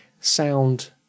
sound